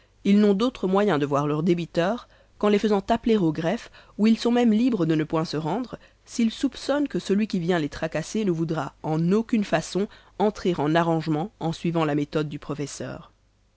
ils n'ont d'autres moyens de voir leurs débiteurs qu'en les faisant appeler au greffe où ils sont même libres de ne point se rendre s'ils soupçonnent que celui qui vient les tracasser ne voudra en aucune façon entrer en arrangement en suivant la méthode du professeur